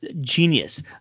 genius